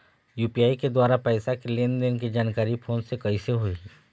UPI के द्वारा पैसा के लेन देन के जानकारी फोन से कइसे होही?